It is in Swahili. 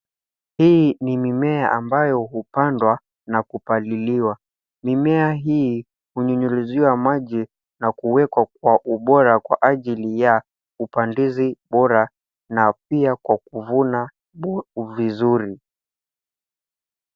Hii ni mimea ambayo hupandwa na kupaliliwa. Mimea hii hunyunyiziwa maji na kuwekwa kwa ubora kwa ajili ya upandizi bora, na pia kwa kuvuna vizuri.